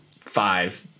five